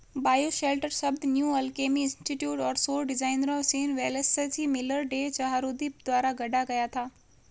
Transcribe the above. bioshelter शब्द New Alchemy Institute और सौर डिजाइनरों Sean Wellesley Miller, Day Chahroudi द्वारा गढ़ा गया था